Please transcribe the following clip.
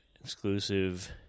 exclusive